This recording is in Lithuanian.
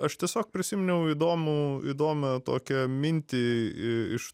aš tiesiog prisiminiau įdomų įdomią tokią mintį iš